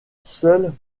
seule